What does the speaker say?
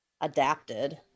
adapted